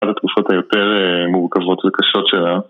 על התקופות היותר מורכבות וקשות שלה